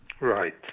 Right